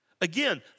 Again